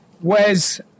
Wes